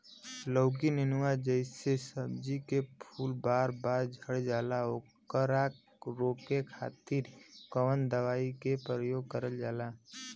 लौकी नेनुआ जैसे सब्जी के फूल बार बार झड़जाला ओकरा रोके खातीर कवन दवाई के प्रयोग करल जा?